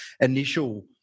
initial